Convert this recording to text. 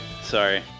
Sorry